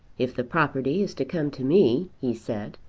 if the property is to come to me, he said,